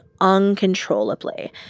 uncontrollably